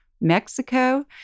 Mexico